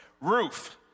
Ruth